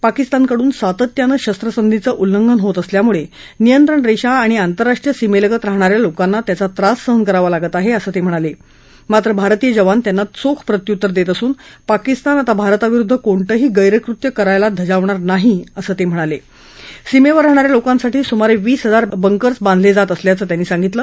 पाकिस्तानकडून सातत्यानं शस्त्रसंधीचं उल्लंघन होत असल्यामुळ नियंत्रण रस्त्रीआणि आंतरराष्ट्रीय सीमस्त्रीत राहणाऱ्या लोकांना त्याचा त्रास सहन करावा लागत आहेशिसं तक्किणाला गोत्र भारतीय जवान त्यांना चोख प्रत्युत्तर दक्षअसून पाकिस्तान आता भारताविरुद्ध कोणतंही गैरकृत्य करायला धजावणार नाही असं तक्रिणाला सीमध्ये राहणाऱ्या लोकांसाठी सुमारात्र हजार बंकर्स बांधलक्रित असल्याचं त्यांनी सांगितलं